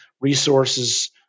resources